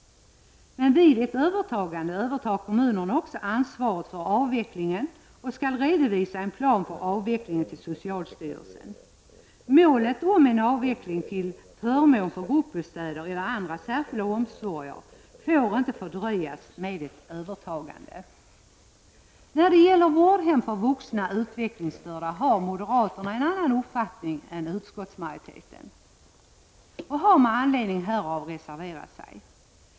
Vid ett övertagande övertar kommunen också ansvaret för avvecklingen och skall till socialstyrelsen redovisa en plan för avvecklingen. Målet om en avveckling till förmån för gruppbostäder eller andra särskilda omsorger får inte fördröjas i och med ett övertagande. När det gäller vårdhem för vuxna utvecklingsstörda har moderaterna en annan uppfattning än utskottsmajoriteten, och de har med anledning härav reserverat sig.